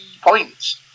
points